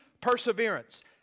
Perseverance